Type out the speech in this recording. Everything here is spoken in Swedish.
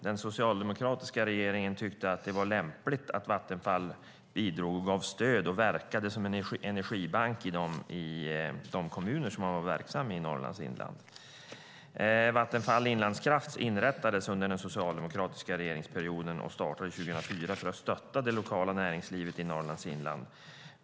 Den socialdemokratiska regeringen tyckte att det var lämpligt att Vattenfall bidrog och gav stöd och verkade som en energibank i de kommuner där man var verksam i Norrlands inland. Vattenfall Inlandskraft inrättades under den socialdemokratiska regeringsperioden och startade 2004 för att stötta det lokala näringslivet i Norrlands inland.